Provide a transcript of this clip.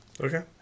Okay